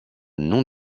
non